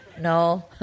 No